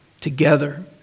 together